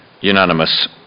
Unanimous